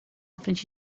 frente